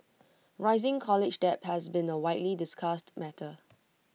rising college debt has been A widely discussed matter